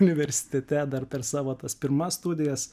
universitete dar per savo tas pirmas studijas